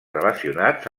relacionats